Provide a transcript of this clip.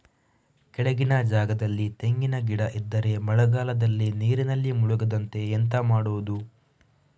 ಕೆಳಗಿನ ಜಾಗದಲ್ಲಿ ತೆಂಗಿನ ಗಿಡ ಇದ್ದರೆ ಮಳೆಗಾಲದಲ್ಲಿ ನೀರಿನಲ್ಲಿ ಮುಳುಗದಂತೆ ಎಂತ ಮಾಡೋದು?